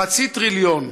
חצי טריליון.